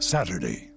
Saturday